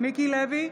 מיקי לוי,